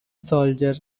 soldier